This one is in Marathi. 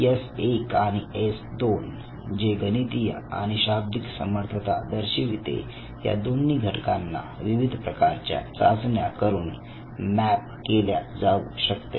एस 1 आणि एस 2 जे गणितीय आणि शाब्दिक समर्थता दर्शविते या दोन्ही घटकांना विविध प्रकारच्या चाचण्या करून मॅप केल्या जाऊ शकते